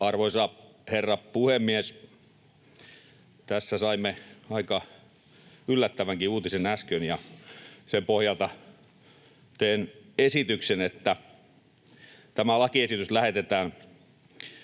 Arvoisa herra puhemies! Tässä saimme aika yllättävänkin uutisen äsken, ja sen pohjalta teen esityksen, että tämä lakiesitys lähetetään